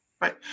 right